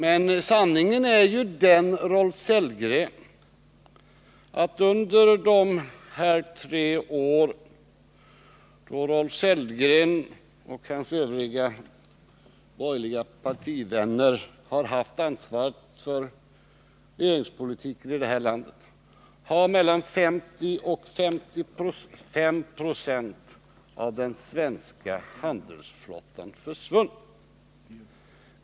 Men sanningen är ju den, Rolf Sellgren, att under de tre år som Rolf Sellgren och hans borgerliga partivänner har haft ansvaret för regeringspolitiken i det här landet har mellan 50 och 55 96 av den svenska handelsflottan försvunnit.